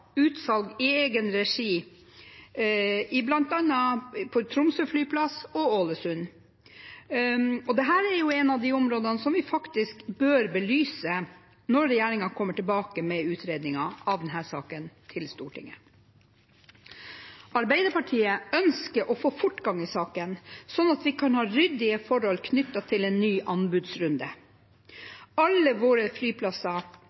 utsalg i egen regi i bl.a. Tromsø og Ålesund. Dette er et av de områdene som vi bør belyse når regjeringen kommer tilbake til Stortinget med utredningen av denne saken. Arbeiderpartiet ønsker å få fortgang i saken, sånn at vi kan ha ryddige forhold knyttet til en ny anbudsrunde. Ikke alle våre flyplasser